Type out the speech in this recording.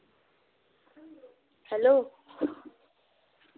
hello